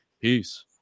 peace